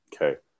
Okay